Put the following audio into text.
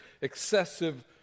excessive